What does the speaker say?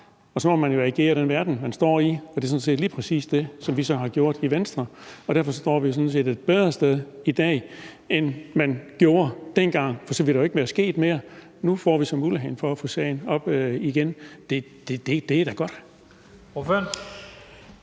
og så må man jo agere i den verden, man står i. Og det er sådan set lige præcis det, som vi har gjort i Venstre. Derfor står vi jo sådan set et bedre sted i dag, end vi gjorde dengang. For så ville der jo ikke være sket mere. Nu får vi så muligheden for at få sagen op igen, og det er da godt.